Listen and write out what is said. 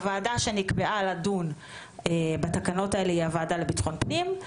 הוועדה שנקבעה לדון בתקנות האלה היא הוועדה לביטחון הפנים,